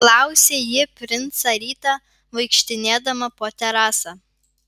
klausė ji princą rytą vaikštinėdama po terasą